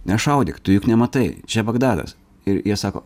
nešaudyk tu juk nematai čia bagdadas ir jie sako